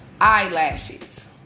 eyelashes